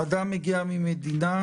אדם מגיע ממדינה,